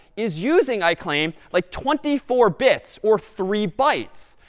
is using, i claim, like twenty four bits or three bytes.